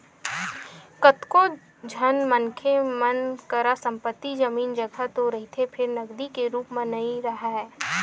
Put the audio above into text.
कतको झन मनखे मन करा संपत्ति, जमीन, जघा तो रहिथे फेर नगदी के रुप म नइ राहय